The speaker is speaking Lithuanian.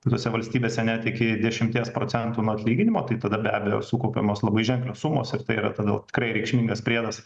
kitose valstybėse net iki dešimties procentų nuo atlyginimo tai tada be abejo sukaupiamos labai ženklios sumos ir tai yra tada tikrai reikšmingas priedas